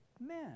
men